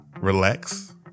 relax